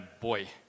boy